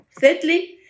Thirdly